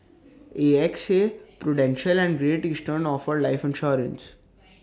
A X A prudential and great eastern offer life insurance